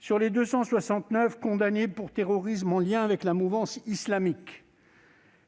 Sur les 269 condamnés pour terrorisme en lien avec la mouvance islamique